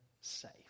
safe